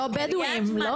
בדואים.